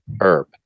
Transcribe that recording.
herb